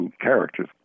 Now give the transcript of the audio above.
characters